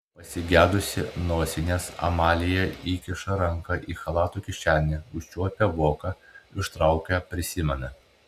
pasigedusi nosinės amalija įkiša ranką į chalato kišenę užčiuopia voką ištraukia prisimena